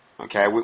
Okay